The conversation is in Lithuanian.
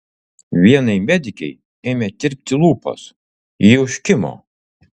vienai medikei ėmė tirpti lūpos ji užkimo